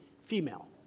female